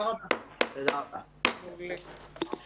הישיבה ננעלה בשעה